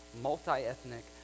multi-ethnic